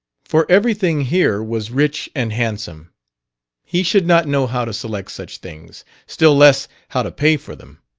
for everything here was rich and handsome he should not know how to select such things still less how to pay for them.